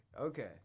Okay